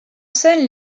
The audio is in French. scène